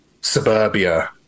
suburbia